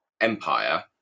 Empire